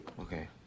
Okay